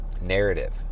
narrative